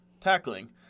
tackling